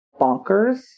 bonkers